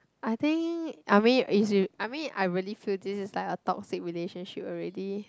I think I mean it's with I mean I really feel this is like a toxic relationship already